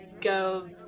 go